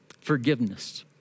Forgiveness